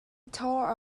tore